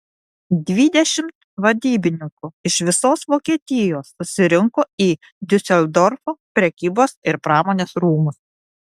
dvidešimt vadybininkų iš visos vokietijos susirinko į diuseldorfo prekybos ir pramonės rūmus